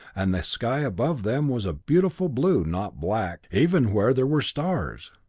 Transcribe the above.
and the sky above them was a beautiful blue, not black, even where there were stars.